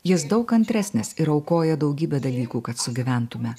jis daug kantresnis ir aukoja daugybę dalykų kad sugyventume